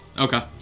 Okay